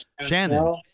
Shannon